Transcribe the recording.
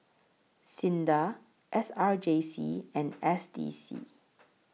SINDA S R J C and S D C